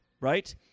right